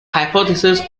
hypothesis